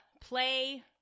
play